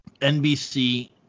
NBC